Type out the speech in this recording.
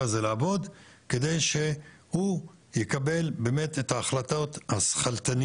המשרד להגנת הסביבה,